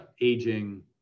aging